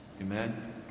amen